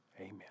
Amen